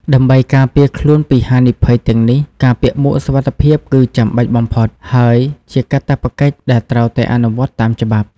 ដើម្បីការពារខ្លួនពីហានិភ័យទាំងនេះ ការពាក់មួកសុវត្ថិភាពគឺចាំបាច់បំផុត ហើយជាកាតព្វកិច្ចដែលត្រូវតែអនុវត្តតាមច្បាប់។